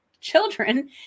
children